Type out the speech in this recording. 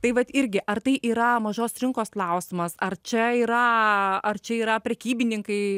tai vat irgi ar tai yra mažos rinkos klausimas ar čia yra ar čia yra prekybininkai